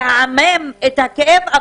לעמעם את הכאב,